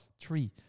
three